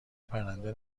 پرنده